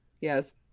Yes